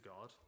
God